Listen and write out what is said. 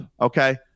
okay